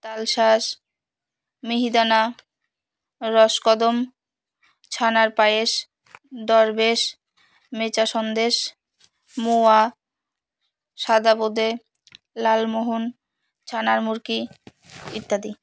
তাল শাঁস মিহিদানা রসকদম ছানার পায়েস দরবেশ মেচা সন্দেশ মোয়া সাদা বোঁদে লালমোহন ছানার মুড়কি ইত্যাদি